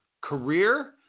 career